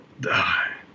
die